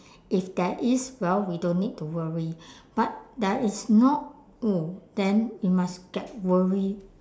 if there is well we don't need to worry but there is not oh then we must get worried